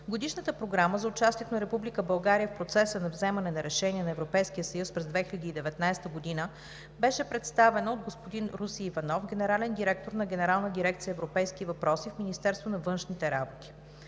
Годишната програма за участието на Република България в процеса на вземане на решения на Европейския съюз през 2019 г. беше представена от господин Руси Иванов, генерален директор на генерална дирекция „Европейски въпроси“ в Министерството на външните работи;